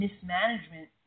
mismanagement